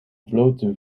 blote